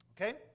Okay